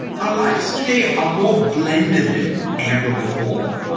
our lives today are more blended than ever before,